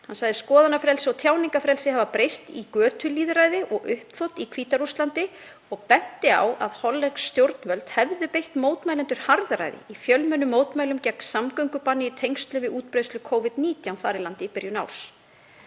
Hann sagði: Skoðanafrelsi og tjáningarfrelsi hafa breyst í götulýðræði og uppþot í Hvíta-Rússlandi og benti á að hollensk stjórnvöld hefðu beitt mótmælendur harðræði í fjölmennum mótmælum gegn samgöngubanni í tengslum við útbreiðslu Covid-19 þar í landi í byrjun árs.